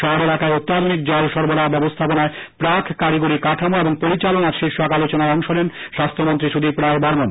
শহর এলাকায় অত্যাধুনিক জল সরবরাহ ব্যবস্থাপনায় প্রাক কারিগরি কাঠামো ও পরিচালনা শীর্ষক আলোচনায় অংশ নেন স্বাস্থ্য মন্ত্রী সুদীপ রায় বর্মন